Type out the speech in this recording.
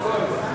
(תיקון מס' 123) (השגה על קביעת דמי ביטוח),